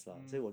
mm